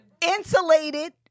Insulated